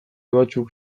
batzuk